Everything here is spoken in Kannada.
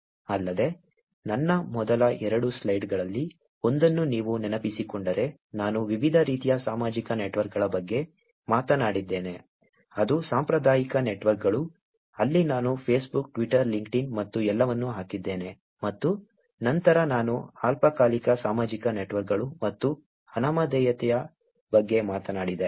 ಅಲ್ಲದೆ ನನ್ನ ಮೊದಲ ಎರಡು ಸ್ಲೈಡ್ಗಳಲ್ಲಿ ಒಂದನ್ನು ನೀವು ನೆನಪಿಸಿಕೊಂಡರೆ ನಾನು ವಿವಿಧ ರೀತಿಯ ಸಾಮಾಜಿಕ ನೆಟ್ವರ್ಕ್ಗಳ ಬಗ್ಗೆ ಮಾತನಾಡಿದ್ದೇನೆ ಅದು ಸಾಂಪ್ರದಾಯಿಕ ನೆಟ್ವರ್ಕ್ಗಳು ಅಲ್ಲಿ ನಾನು ಫೇಸ್ಬುಕ್ ಟ್ವಿಟರ್ ಲಿಂಕ್ಡ್ಇನ್ ಮತ್ತು ಎಲ್ಲವನ್ನೂ ಹಾಕಿದ್ದೇನೆ ಮತ್ತು ನಂತರ ನಾನು ಅಲ್ಪಕಾಲಿಕ ಸಾಮಾಜಿಕ ನೆಟ್ವರ್ಕ್ಗಳು ಮತ್ತು ಅನಾಮಧೇಯತೆಯ ಬಗ್ಗೆ ಮಾತನಾಡಿದೆ